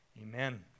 Amen